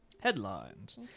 Headlines